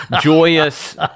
joyous